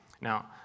Now